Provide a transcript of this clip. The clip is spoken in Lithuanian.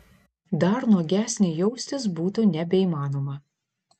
dar nuogesnei jaustis būtų nebeįmanoma